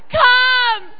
come